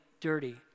dirty